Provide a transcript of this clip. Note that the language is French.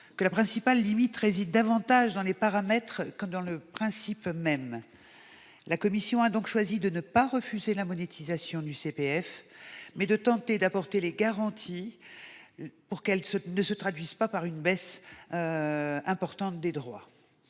yeux, la principale limite réside davantage dans les paramètres que dans le principe même. La commission a donc choisi de ne pas refuser la monétisation du CPF. En revanche, elle a pris soin d'apporter les garanties pour que celle-ci ne se traduise pas par une baisse importante des droits.